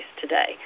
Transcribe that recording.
today